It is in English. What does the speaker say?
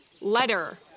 letter